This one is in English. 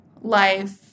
life